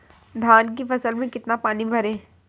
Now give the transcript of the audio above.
धान की फसल में कितना पानी भरें?